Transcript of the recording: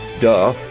Duh